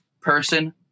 person